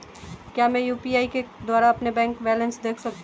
क्या मैं यू.पी.आई के द्वारा अपना बैंक बैलेंस देख सकता हूँ?